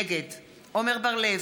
נגד עמר בר-לב,